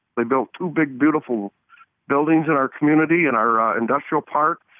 they built two big, beautiful buildings in our community and our ah industrial park.